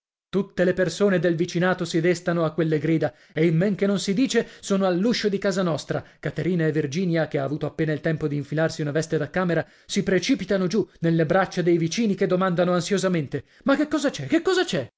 tutte le persone del vicinato si destano a quelle grida e in men che non si dice sono all'uscio di casa nostra caterina e virginia che ha avuto appena il tempo di infilarsi una veste da camera si precipitano giù nelle braccia dei vicini che domandano ansiosamente ma che cosa c'è che cosa c'è